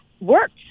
works